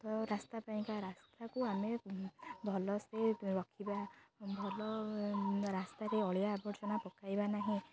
ତ ରାସ୍ତା ପାଇଁକା ରାସ୍ତାକୁ ଆମେ ଭଲସେ ରଖିବା ଭଲ ରାସ୍ତାରେ ଅଳିଆ ଆବର୍ଜନା ପକାଇବା ନାହିଁ